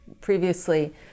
previously